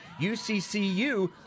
uccu